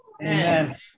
Amen